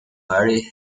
mary